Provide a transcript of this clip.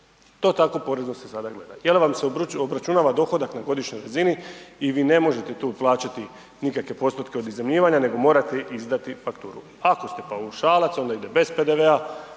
To tako porezno se sada gleda. Je li vam se obračunava dohodak na godišnjoj razini i vi ne možete tu plaćati nikakve postotke od iznajmljivanja nego morate izdati fakturu. Ako ste paušalac, onda ide bez PDV-a,